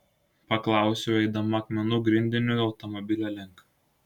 paklausiau eidama akmenų grindiniu automobilio link